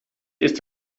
ist